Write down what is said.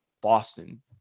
boston